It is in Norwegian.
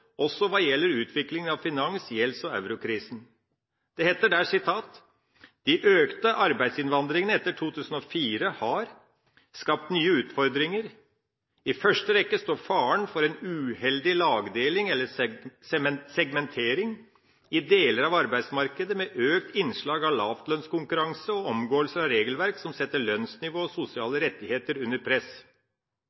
også hva gjelder utvikling av finans-, gjelds- og eurokrisen. Det heter: «De økte arbeidsinnvandringene etter 2004 har samtidig skapt nye utfordringer . I første rekke står faren for en uheldig lagdeling eller segmentering i deler av arbeidsmarkedet, med økt innslag av lavlønnskonkurranse og omgåelser av regelverk som setter